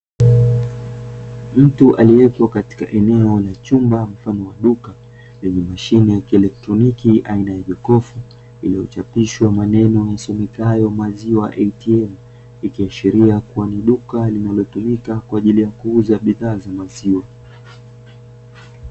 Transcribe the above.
Mtu aliyepo katika eneo la chumba mfano wa duka lenye mashine ya kielektroniki aina ya jokofu, iliyochapishwa maneno yasomekayo "maziwa ATM", ikiashiria kuwa ni duka linalotumika kwa ajili ya kuuza bidhaa za maziwa.